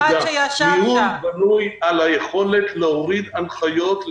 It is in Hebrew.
ניהול בנוי על היכולת להוריד הנחיות,